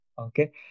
okay